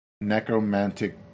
necromantic